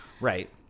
Right